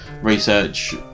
research